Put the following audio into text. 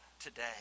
today